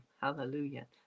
hallelujah